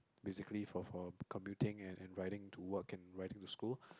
basically for for commuting and and riding to work and riding to school